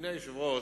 אדוני היושב-ראש,